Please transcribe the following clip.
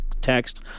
text